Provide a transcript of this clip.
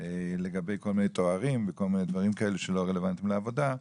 לגבי כל מיני תארים ודברים כאלה שלא רלוונטיים לעבודה.